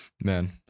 Man